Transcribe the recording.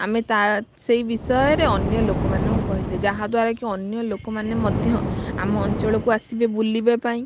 ଆମେ ତା ସେଇ ବିଷୟରେ ଅନ୍ୟ ଲୋକମାନଙ୍କୁ କହିଲେ ଯାହାଦ୍ଵାରା କି ଅନ୍ୟ ଲୋକମାନେ ମଧ୍ୟ ଆମ ଅଞ୍ଚଳକୁ ଆସିବେ ବୁଲିବା ପାଇଁ